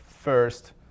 first